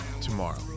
tomorrow